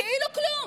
כאילו כלום.